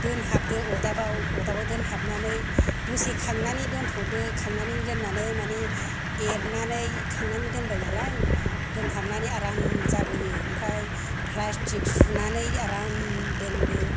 दोनहाबदो अरदाबआव अरदाबआव दोनहाबनानै दसे खांनानै दोन्थ'दो खांनानै दोननानै माने एरनानै खांनानै दोनबाय नालाय दोनहाबनानै आराम जाबोयो ओमफ्राय प्लास्टिक सुनानै आराम दोन्दो